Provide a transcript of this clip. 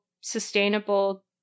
sustainable